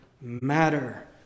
matter